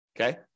Okay